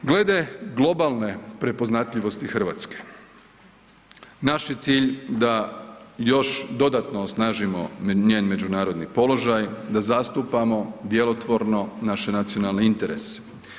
Glede globalne prepoznatljivosti RH, naš je cilj da još dodatno osnažimo njen međunarodni položaj, da zastupamo djelotvorno naše nacionalne interese.